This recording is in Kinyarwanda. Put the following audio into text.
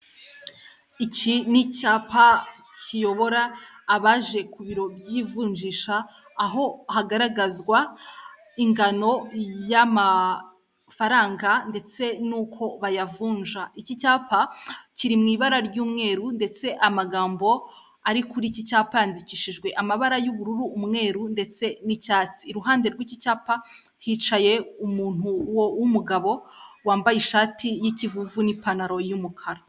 Iki ni icyapa kiyobora abaje ku biro by'ivunjisha, aho hagaragazwa ingano y'amafaranga ndetse n'uko bayavunja. Iki cyapa kiri mu ibara ry'umweru ndetse amagambo ari kuri iki cyapa yandikishijwe amabara y'ubururu, umweru ndetse n'icyatsi. Iruhande rw'ikicyapa hicaye umuntu w'umugabo wambaye ishati y'ikivuvu n'ipantaro y'umukara.